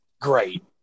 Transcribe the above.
great